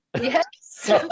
Yes